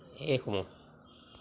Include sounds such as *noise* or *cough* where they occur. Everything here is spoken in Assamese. *unintelligible*